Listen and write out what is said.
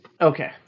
Okay